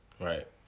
Right